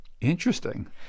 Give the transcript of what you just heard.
Interesting